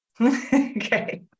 Okay